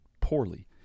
poorly